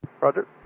Roger